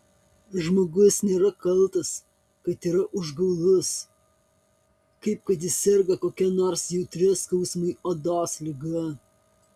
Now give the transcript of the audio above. žmogus nėra kaltas kad yra užgaulus kaip kad jei serga kokia nors jautria skausmui odos liga